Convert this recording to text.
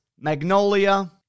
Magnolia